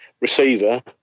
receiver